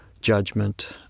judgment